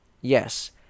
Yes